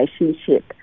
relationship